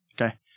Okay